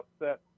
upset